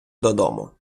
додому